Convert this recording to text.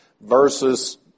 versus